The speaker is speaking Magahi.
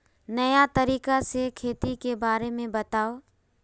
नया तरीका से खेती के बारे में बताऊं?